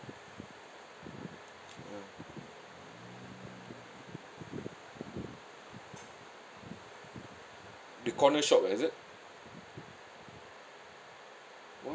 the corner shop ah is it